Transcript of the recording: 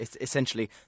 essentially